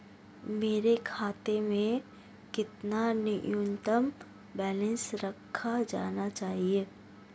मेरे खाते में कितना न्यूनतम बैलेंस रखा जाना चाहिए?